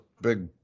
big